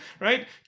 right